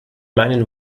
meinen